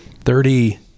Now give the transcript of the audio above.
Thirty-